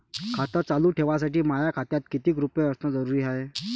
खातं चालू ठेवासाठी माया खात्यात कितीक रुपये असनं जरुरीच हाय?